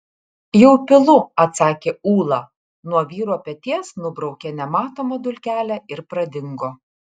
jau pilu atsakė ūla nuo vyro peties nubraukė nematomą dulkelę ir pradingo